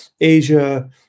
Asia